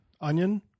onion